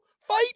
fight